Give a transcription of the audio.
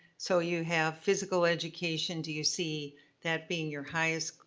so you have physical education, do you see that being your highest.